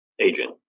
Agent